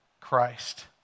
Christ